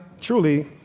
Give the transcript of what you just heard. truly